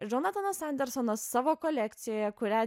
džonatanas andersonas savo kolekcijoje kurią